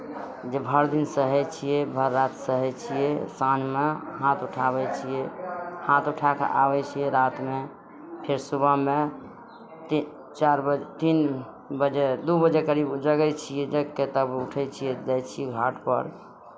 जे भरि दिन सहै छियै भरि राति सहै छियै साँझमे हाथ उठाबै छियै हाथ उठा कऽ आबै छियै रातिमे फेर सुबहमे तीन चारि बजे तीन बजे दू बजे करीब ओ जगै छियै जागि कऽ तब उठै छियै जाइ छियै घाटपर